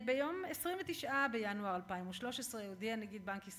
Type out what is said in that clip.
ב-29 בינואר 2013 הודיע נגיד בנק ישראל,